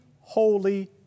holy